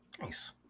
Nice